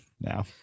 now